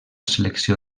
selecció